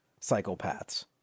psychopaths